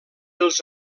els